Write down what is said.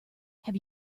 have